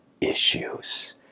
issues